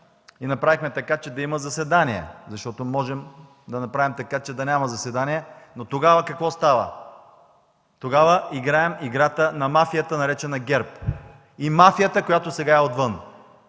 и направихме така, че да има заседания. Защото можем да направим и така, че да няма заседания, но тогава какво става?! Тогава играем играта на мафията, наречена ГЕРБ, и на мафията, която сега е отвън.